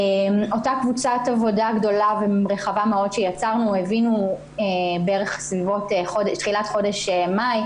באותה קבוצת עבודה גדולה ורחבה מאוד שיצרנו הבינו בתחילת חודש מאי,